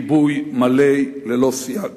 גיבוי מלא ללא סייג.